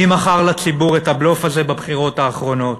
מי מכר לציבור את הבלוף הזה בבחירות האחרונות?